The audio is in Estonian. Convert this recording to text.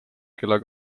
kella